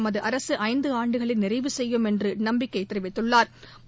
தமது அரசு ஐந்து ஆண்டுகளை நிறைவு செய்யும் என்று நம்பிக்கை தெரிவித்துள்ளாா்